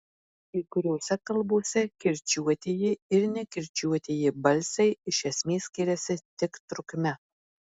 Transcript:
kai kuriose kalbose kirčiuotieji ir nekirčiuotieji balsiai iš esmės skiriasi tik trukme